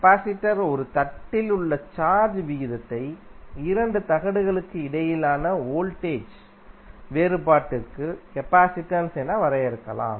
capacitor ஒரு தட்டில் உள்ள சார்ஜ் விகிதத்தை இரண்டு தகடுகளுக்கு இடையிலான வோல்டேஜ் வேறுபாட்டிற்கு கெபாசிடன்ஸ் என வரையறுக்கலாம்